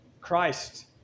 Christ